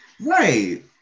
Right